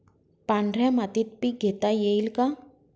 पांढऱ्या मातीत पीक घेता येईल का?